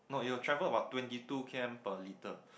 no it will travel about twenty two K_M per liter